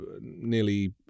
nearly